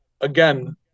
again